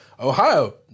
Ohio